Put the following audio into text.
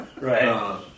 right